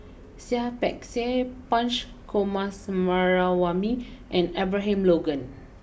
Seah Peck Seah Punch Coomaraswamy and Abraham Logan